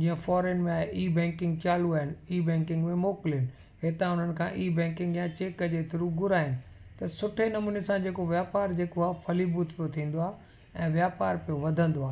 जीअं फॉरेन में आहे ई बैंकिंग चालू आहे ई बैंकिंग में मोकिलनि हितां हुननि खां ई बैंकिंग या चैक जे थ्रू घुराइनि त सुठे नमूने सां जेको वापार जेको आहे फलीभूत पियो थींदो आहे ऐं वापार पियो वधंदो आहे